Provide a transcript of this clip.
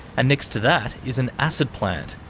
and next to that is an acid plant,